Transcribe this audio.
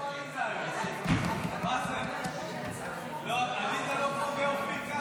נציגות נהדרת של האופוזיציה, ללא כל צל של ספק.